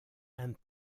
and